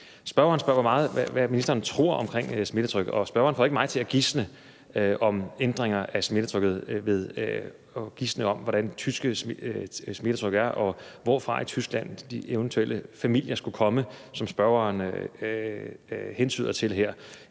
Spørgeren spørger, hvad ministeren tror omkring smittetrykket, og spørgeren får ikke mig til at gisne om ændringer af smittetrykket og om, hvordan det tyske smittetryk er, og hvorfra i Tyskland de eventuelle familier, som spørgeren hentyder til her,